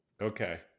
Okay